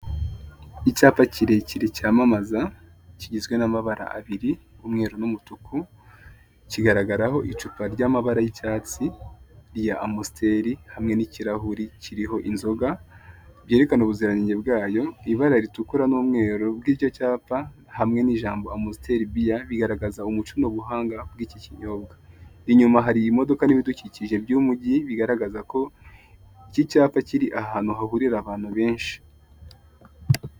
Icyapa kirekire cyamamaza kigizwe n'amabara abiri, umweru n'umutuku, kigaragaraho icupa ry'amabara y'icyatsi rya Amstel hamwe n'ikirahuri kiriho inzoga byerekana ubuziranenge bwayo, ibara ritukura n'umweru bw'icyo cyapa hamwe n'ijambo Amstel beer bigaragaza umuco n'ubuhanga bw'iki kinyobwa. Inyuma hari imodoka n'ibidukikije by'umujyi bigaragaza ko iki cyapa kiri ahantu hahurira abantu benshi.